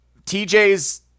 TJ's